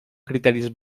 criteris